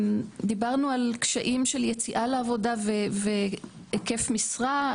דיברנו על קשיים של יציאה לעבודה והיקף משרה,